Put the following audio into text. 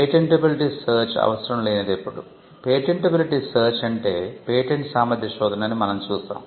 patentability search అంటే patent సామర్థ్య శోధన అని మనం చూశాం